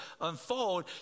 unfold